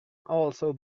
also